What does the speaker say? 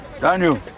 Daniel